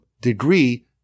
degree